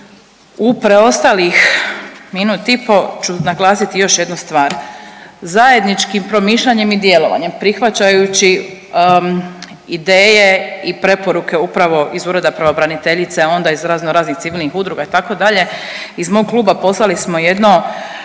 U preostalih minut i po ću naglasiti još jednu stvar. Zajedničkim promišljanjem i djelovanjem prihvaćajući ideje i preporuke upravo iz ureda pravobraniteljice, a onda iz razno raznih civilnih udruga itd., iz mog kluba poslali smo jedno